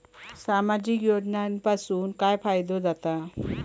सामाजिक योजनांपासून काय फायदो जाता?